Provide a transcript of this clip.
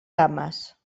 cames